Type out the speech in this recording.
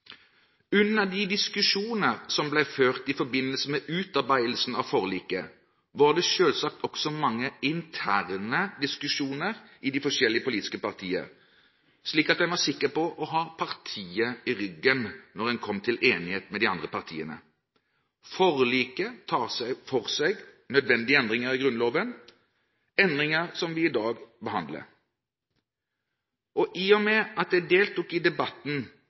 Under de diskusjonene som ble ført i forbindelse med utarbeidelsen av forliket, var det selvsagt også mange interne diskusjoner i de forskjellige politiske partier, slik at en var sikker på å ha partiet i ryggen når en kom til enighet med de andre partiene. Forliket tar for seg nødvendige endringer i Grunnloven, endringer som vi i dag behandler. I og med at jeg i ganske stor grad deltok i debatten